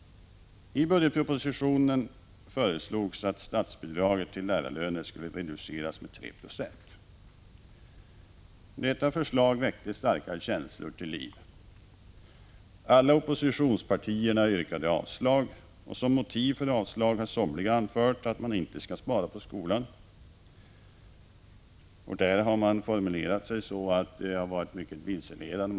I budgetpropositionen föreslås att statsbidraget till lärarlönerna skall reduceras med 3 26. Detta förslag väckte starka känslor till liv. Alla oppositionspartierna yrkade avslag. Som motiv för avslag har somliga anfört att man inte skall spara på skolan. Därför har man formulerat sig så att det hela är mycket vilseledande.